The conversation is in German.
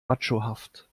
machohaft